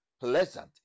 pleasant